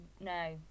No